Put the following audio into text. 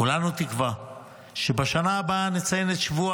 כולנו תקווה שבשנה הבאה נציין את שבוע